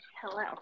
Hello